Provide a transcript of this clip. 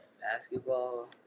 Basketball